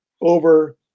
over